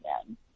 again